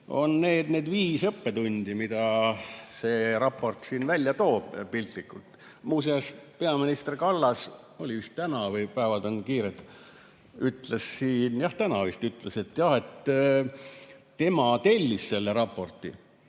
on need viis õppetundi, mida see raport välja toob piltlikult. Muuseas, peaminister Kallas – oli vist täna, päevad on kiired, jah, täna vist – ütles, et jah tema tellis selle raporti,